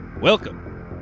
welcome